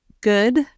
good